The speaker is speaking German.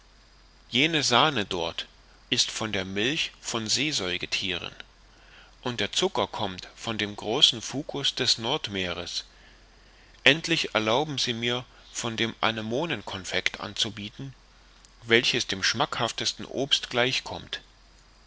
jene sahne dort ist von der milch von seesäugethieren und der zucker kommt von dem großen fucus des nordmeers endlich erlauben sie mir von dem anemonen confect anzubieten welches dem schmackhaftesten obst